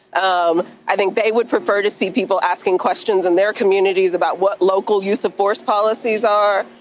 um i think they would prefer to see people asking questions in their communities about what local use-of-force policies are,